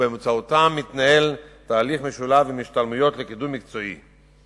ובאמצעותם מתנהל תהליך משולב עם השתלמויות לקידום מקצועי.